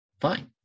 Fine